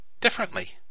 differently